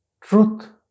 truth